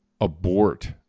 abort